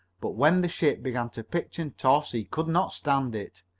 but when the ship began to pitch and toss he could not stand it.